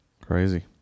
crazy